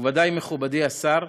בוודאי מכובדי השר,